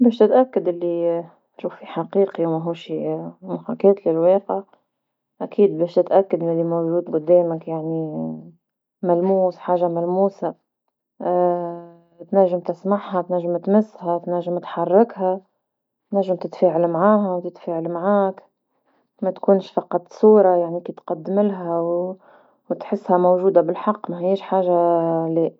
باش تتأكد الي تشوفي فيه حقيقي ماهوش محكات للواقع، اكيد باش نتأكد من اللي موجود قدامك يعني ملموس حاجة ملموسة، تنجم تسمعها تنجم تمسها تنجم تحركها تنجم تتفاعل معاها ويتفاعل معاك متكونش فقط صورة يعني كي تقدملها وتحسها موجودة بالحق ماهياش حاجة لاء.